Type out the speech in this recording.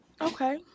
okay